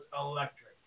electric